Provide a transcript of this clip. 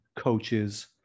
coaches